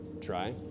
try